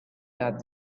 that